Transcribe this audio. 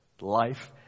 life